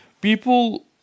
People